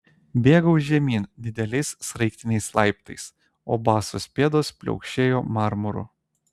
bėgau žemyn dideliais sraigtiniais laiptais o basos pėdos pliaukšėjo marmuru